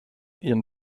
ihren